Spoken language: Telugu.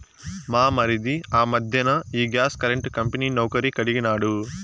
మా మరిది ఆ మధ్దెన ఈ గ్యాస్ కరెంటు కంపెనీ నౌకరీ కడిగినాడు